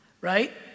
right